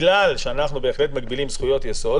בגלל שאנחנו בהחלט מגבילים זכויות-יסוד